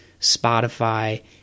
Spotify